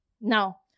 Now